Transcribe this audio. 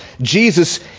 Jesus